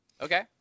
Okay